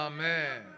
Amen